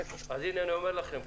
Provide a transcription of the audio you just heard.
אז הנה אני אומר לכם,